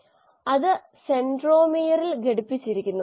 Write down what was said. അത്തരമൊരു സാഹചര്യത്തിൽ കോശങ്ങളുടെ സാന്ദ്രത x ആണെങ്കിൽ ഇത് സാധുവായിരിക്കില്ല